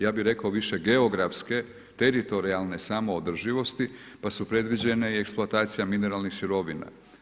Ja bih rekao više geografske, teritorijalne samoodrživosti pa su predviđene i eksploatacija mineralnih sirovina.